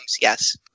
Yes